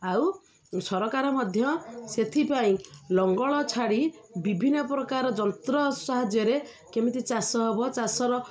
ଆଉ ସରକାର ମଧ୍ୟ ସେଥିପାଇଁ ଲଙ୍ଗଳ ଛାଡ଼ି ବିଭିନ୍ନ ପ୍ରକାର ଯନ୍ତ୍ର ସାହାଯ୍ୟରେ କେମିତି ଚାଷ ହବ ଚାଷର